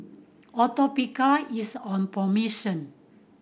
atopiclair is on promotion